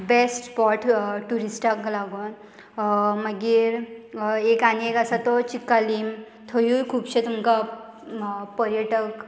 best spot ट्युरिस्टांक लागोन मागीर एक आनी एक आसा तो चिक्कालीम थंयूय खुबशे तुमकां पर्यटक